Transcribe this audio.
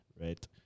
right